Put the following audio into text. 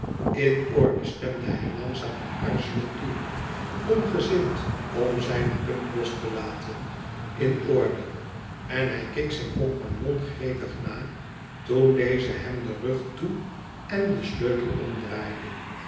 in orde stemde hij langzaam en aarzelend toe ongezind om zijne punt los te laten in orde en hij keek zijn compagnon gretig na toen deze hem den rug toe en den sleutel omdraaide